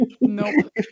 Nope